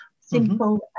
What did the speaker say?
Simple